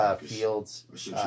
fields